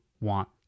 want